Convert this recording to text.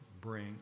bring